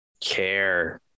care